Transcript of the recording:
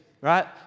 right